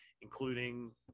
including